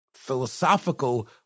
philosophical